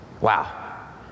Wow